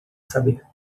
saber